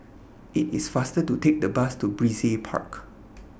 IT IS faster to Take The Bus to Brizay Park